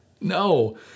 No